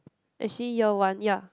actually year one ya